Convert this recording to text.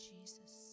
Jesus